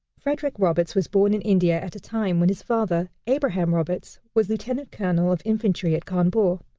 frederick roberts was born in india at a time when his father, abraham roberts, was lieutenant colonel of infantry at cawnpore.